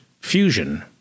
fusion